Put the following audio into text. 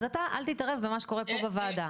אז אתה אל תתערב במה שקורה פה בוועדה.